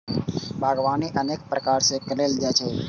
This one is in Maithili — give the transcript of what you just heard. बागवानी अनेक प्रकार सं कैल जाइ छै